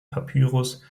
papyrus